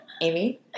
amy